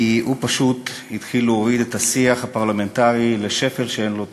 כי הוא פשוט התחיל להוריד את השיח הפרלמנטרי לשפל שאין לו תקדים,